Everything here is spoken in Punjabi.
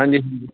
ਹਾਂਜੀ ਹਾਂਜੀ